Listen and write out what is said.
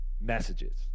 messages